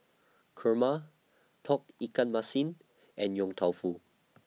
Kurma Tauge Ikan Masin and Yong Tau Foo